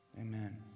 Amen